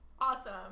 Awesome